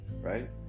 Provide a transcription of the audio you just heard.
right